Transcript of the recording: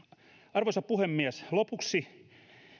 arvoisa puhemies lopuksi